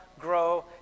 grow